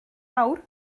awr